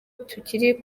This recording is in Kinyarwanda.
tukiri